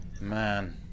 Man